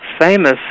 famous